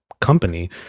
company